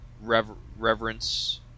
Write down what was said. reverence